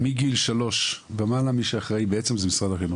מגיל שלוש ומעלה מי שאחראי בעצם זה משרד החינוך,